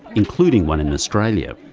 including one in in australia.